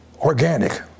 organic